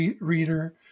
reader